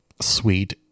sweet